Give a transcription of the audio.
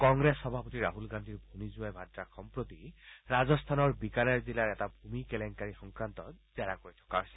কংগ্ৰেছ সভাপতি ৰাহুল গান্ধীৰ ভনী জোঁৱাই ভাদ্ৰাক সম্প্ৰীতি ৰাজস্থানৰ বিকানেৰ জিলাৰ এটা ভূমি কেলেংকাৰী সংক্ৰান্তত জেৰা কৰি থকা হৈছে